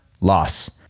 loss